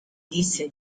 disse